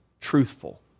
truthful